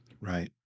Right